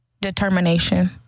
determination